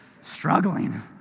Struggling